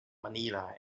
manila